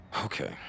Okay